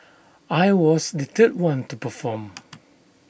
I was the third one to perform